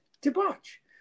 debauch